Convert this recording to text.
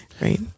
Right